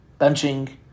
benching